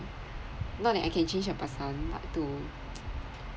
not like I can change a person but to